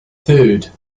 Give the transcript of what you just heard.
third